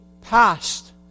passed